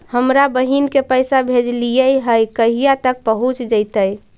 हमरा बहिन के पैसा भेजेलियै है कहिया तक पहुँच जैतै?